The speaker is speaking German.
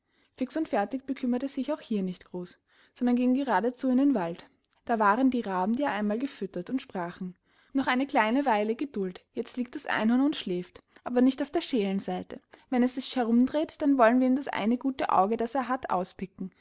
fix und fertig bekümmerte sich auch hier nicht groß sondern ging geradezu in den wald da waren die raben die er einmal gefuttert und sprachen noch eine kleine weile geduld jetzt liegt das einhorn und schläft aber nicht auf der scheelen seite wenn es sich herumdreht dann wollen wir ihm das eine gute auge das er hat auspicken